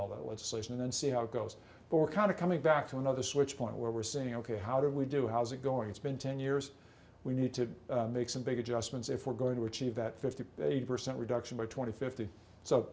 and see how it goes or kind of coming back to another switch point where we're saying ok how do we do how's it going it's been ten years we need to make some big adjustments if we're going to achieve that fifty percent reduction by twenty fifty so